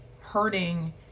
hurting